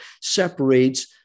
separates